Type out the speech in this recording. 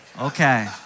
Okay